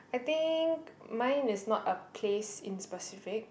I think mine is not a place in specific